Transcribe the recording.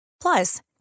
Plus